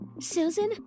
Susan